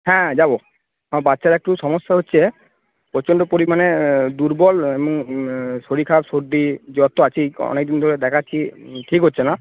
হ্যাঁ যাব আমার বাচ্চারা একটু সমস্যা হচ্ছে প্রচণ্ড পরিমাণে দুর্বল এবং শরীর খারাপ সর্দি জ্বর তো আছেই অনেক দিন ধরে দেখাচ্ছি ঠিক হচ্ছে না